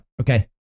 okay